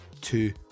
two